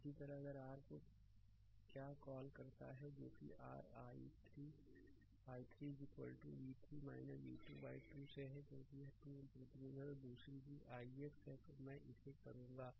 इसी तरह अगर r क्या कॉल करता है जो कि r i3 i3 v3 v2 by 2 से है क्योंकि यह 2 Ω प्रतिरोध है और दूसरी चीज ix है तो मैं इसे करूंगा